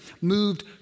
moved